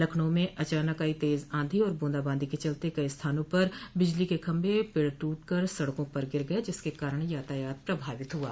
लखनऊ में अचानक आई तेज आंधी और बूंदाबांदी के चलते कई स्थानों पर बिजली के खम्भे पेड़ टूट कर सड़क पर गिर गये जिसके कारण यातायात प्रभावित हुआ